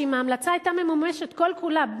שאם ההמלצה היתה ממומשת כל כולה,